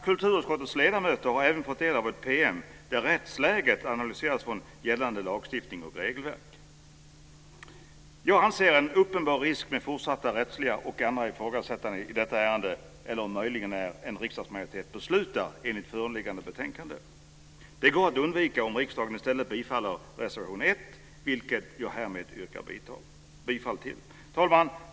Kulturutskottets ledamöter har även fått ta del av ett PM där rättsläget analyseras utifrån gällande lagstiftning och regelverk. Jag ser en uppenbar risk för fortsatta rättsliga och andra ifrågasättanden i detta ärende, eller möjligen när en riksdagsmajoritet beslutar enligt föreliggande betänkande. Det går att undvika om riksdagen i stället bifaller reservation 1, som jag härmed yrkar bifall till. Fru talman!